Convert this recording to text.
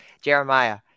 Jeremiah